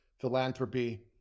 philanthropy